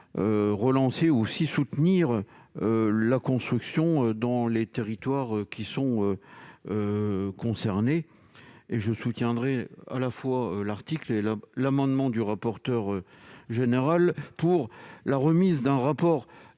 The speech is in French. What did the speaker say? également de soutenir la construction dans les territoires concernés. Je soutiendrai à la fois l'article et l'amendement du rapporteur général visant à la remise d'un rapport